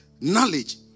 knowledge